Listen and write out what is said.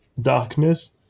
darkness